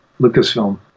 lucasfilm